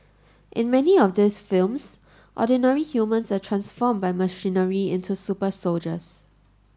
in many of these films ordinary humans are transformed by machinery into super soldiers